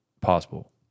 possible